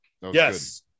Yes